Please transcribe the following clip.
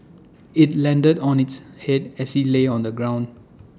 IT landed on its Head as he lay on the ground